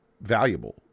valuable